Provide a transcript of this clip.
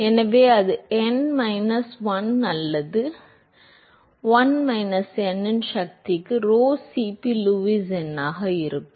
எனவே அது n minus 1 அல்லது 1 மைனஸ் n இன் சக்திக்கு Rho Cp லூயிஸ் எண்ணாக இருக்கும்